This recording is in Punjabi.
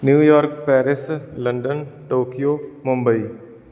New York Paris London Tokyo Mumbai